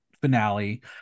finale